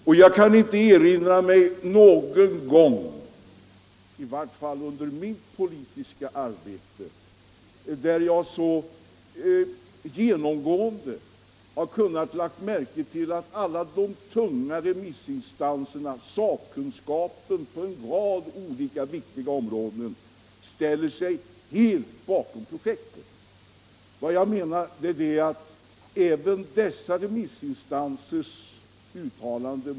Och jag kan inte erinra mig att jag någon gång tidigare har kunnat konstatera att nästan alla tunga remissinstanser, sakkunskapen på en rad olika viktiga områden, ställt sig helt bakom en framställan.